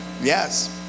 Yes